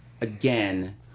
again